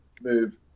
move